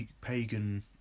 pagan